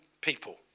people